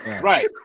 Right